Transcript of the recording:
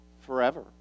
forever